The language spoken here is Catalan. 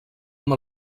amb